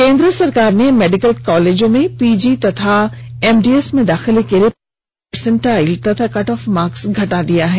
केंद्र सरकार ने मेडिकल कॉलेजों में पीजी तथा एमडीएस में दाखिले के लिए परसेंटाइल तथा कट ऑफ मार्क्स घटा दिया है